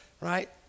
right